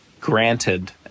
granted